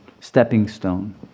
stepping-stone